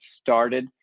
started